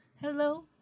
Hello